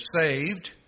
saved